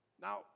Now